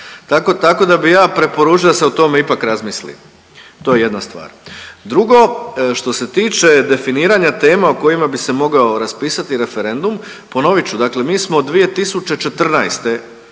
tako da bi ja preporučio da se o tome ipak razmisli. To je jedna stvar. Drugo, što se tiče definirana tema o kojima bi se mogao raspisati referendum, ponovit ću, dakle mi smo od 2014. kao